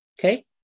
Okay